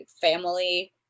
family